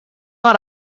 not